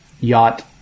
yacht